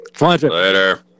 Later